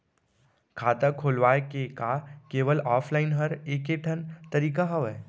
खाता खोलवाय के का केवल ऑफलाइन हर ऐकेठन तरीका हवय?